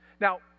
Now